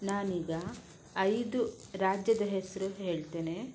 ನಾನೀಗ ಐದು ರಾಜ್ಯದ ಹೆಸರು ಹೇಳ್ತೇನೆ